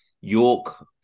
York